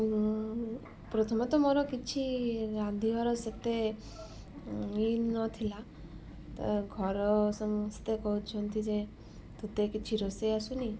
ପ୍ରଥମତଃ ମୋର କିଛି ରାନ୍ଧିବାର ସେତେ ଏମ୍ ନଥିଲା ତ ଘର ସମସ୍ତେ କହୁଛନ୍ତି ଯେ ତୋତେ କିଛି ରୋଷେଇ ଆସୁନି